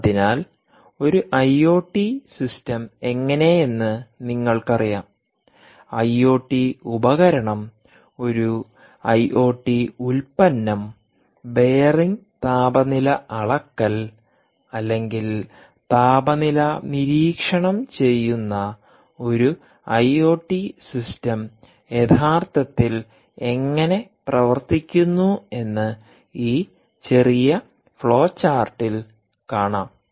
അതിനാൽ ഒരു IoT system എങ്ങനെയെന്ന് നിങ്ങൾക്കറിയാം ഐഒടി ഉപകരണം ഒരു ഐഒടി ഉൽപ്പന്നം ബെയറിംഗ് താപനില അളക്കൽ അല്ലെങ്കിൽ താപനില നിരീക്ഷണം ചെയ്യുന്ന ഒരു ഐഒടി സിസ്റ്റം യഥാർത്ഥത്തിൽ എങ്ങനെ പ്രവർത്തിക്കുന്നു എന്ന് ഈ ചെറിയ ഫ്ലോചാർട്ടിൽ കാണാം